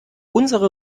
unsere